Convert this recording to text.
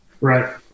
Right